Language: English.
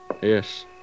Yes